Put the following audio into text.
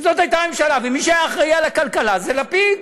זאת הייתה הממשלה, ומי שהיה אחראי לכלכלה זה לפיד.